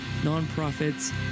nonprofits